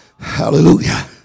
Hallelujah